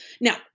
Now